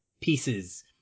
pieces